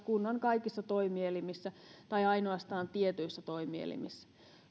kunnan kaikissa toimielimissä tai ainoastaan tietyissä toimielimissä